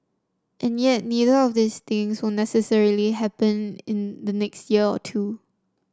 and yet neither of these things will necessarily happen in the next year or two